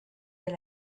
del